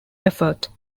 effort